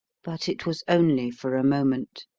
but it was only for a moment.